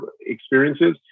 experiences